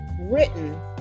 written